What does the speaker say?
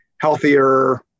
healthier